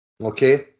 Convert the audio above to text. okay